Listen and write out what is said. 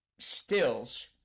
stills